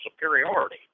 superiority